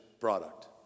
product